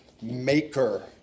maker